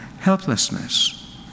Helplessness